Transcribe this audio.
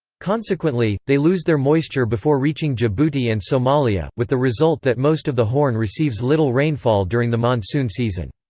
consequently, they lose their moisture before reaching djibouti and somalia, with the result that most of the horn receives little rainfall during the monsoon season.